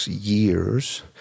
years